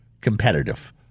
competitive